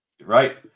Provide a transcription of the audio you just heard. right